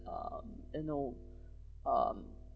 um you know um